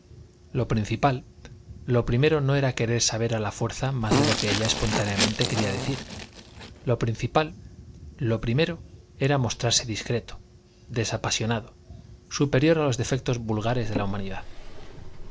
lo principal lo primero no era querer saber a la fuerza más de lo que ella espontáneamente quería decir lo principal lo primero era mostrarse discreto desapasionado superior a los defectos vulgares de la humanidad